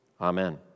Amen